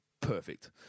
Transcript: Perfect